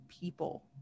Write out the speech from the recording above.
people